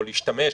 או להשתמש,